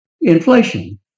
Inflation